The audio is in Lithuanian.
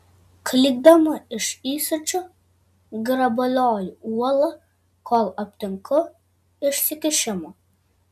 klykdama iš įsiūčio grabalioju uolą kol aptinku išsikišimą